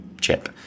chip